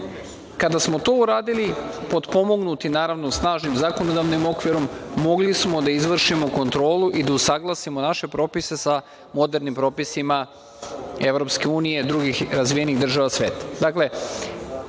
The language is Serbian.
Kada smo to uradili, potpomognuti, naravno, snažnim zakonodavnim okvirom, mogli smo da izvršimo kontrolu i da usaglasimo naše propise sa modernim propisima EU i drugih razvijenih sveta. Dakle,